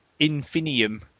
Infinium